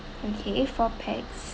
okay four pax